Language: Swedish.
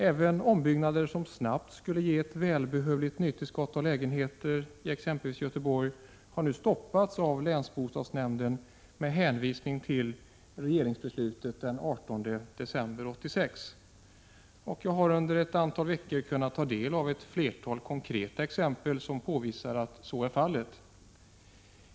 Även ombyggnader som snabbt skulle ge ett välbehövligt nytillskott av lägenheter i exempelvis Göteborg har nu stoppats av länsbostadsnämnden med hänvisning till regeringsbeslutet den 18 december 1986. Jag har under ett antal veckor kunnat ta del av flera konkreta exempel som visar att så är fallet.